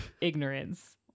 ignorance